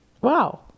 Wow